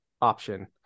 option